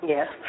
Yes